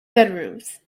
bedrooms